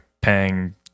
paying